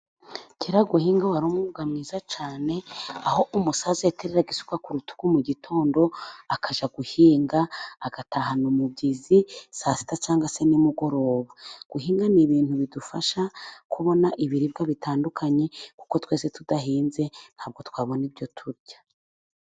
Kera guhinga wari umurimo mwiza cyane. Aho umusaza yateraga isuka ku rutugu. Mu gitondo akajya guhinga agatahana umubyizi. Saa sita cyangwa se nimugoroba. Guhinga ni ibintu bidufasha kubona ibiribwa bitandukanye. Kuko twese tudahinze ntabwo twabona ibyo turya.